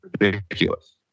ridiculous